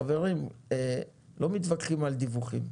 חברים, לא מתווכחים על דיווחים.